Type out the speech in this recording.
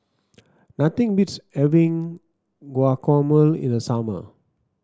nothing beats having Guacamole in the summer